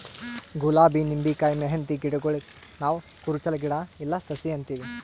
ಗುಲಾಬಿ ನಿಂಬಿಕಾಯಿ ಮೆಹಂದಿ ಗಿಡಗೂಳಿಗ್ ನಾವ್ ಕುರುಚಲ್ ಗಿಡಾ ಇಲ್ಲಾ ಸಸಿ ಅಂತೀವಿ